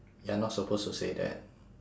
you're not supposed to say that